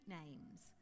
names